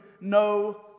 no